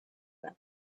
them